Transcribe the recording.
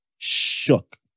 Shook